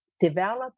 develop